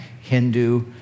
Hindu